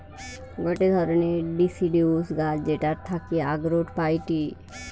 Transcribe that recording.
গটে ধরণের ডিসিডিউস গাছ যেটার থাকি আখরোট পাইটি